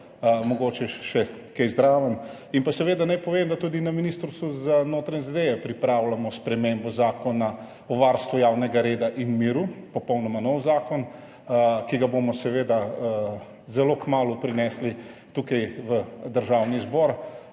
mogoče še kaj zraven. Naj povem, da tudi na Ministrstvu za notranje zadeve pripravljamo spremembo Zakona o varstvu javnega reda in miru, popolnoma nov zakon, ki ga bomo seveda zelo kmalu prinesli sem v Državni zbor,